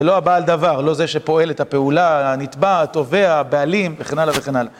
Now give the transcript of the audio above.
לא הבעל דבר, לא זה שפועל את הפעולה, הנתבע, התובע, הבעלים וכן הלאה וכן הלאה.